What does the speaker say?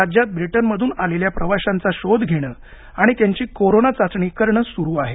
राज्यात ब्रिटनमधून आलेल्या प्रवाशांचा शोध घेणं आणि त्यांची कोरोना चाचणी करणं सुरू आहे